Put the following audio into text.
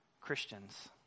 Christians